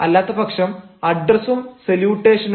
അല്ലാത്ത പക്ഷം അഡ്രസ്സും സല്യൂട്ടേഷനും